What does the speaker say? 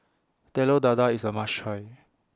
Telur Dadah IS A must Try